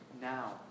now